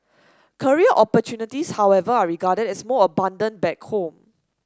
career opportunities however are regarded as more abundant back home